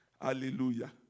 Hallelujah